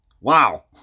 Wow